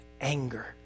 anger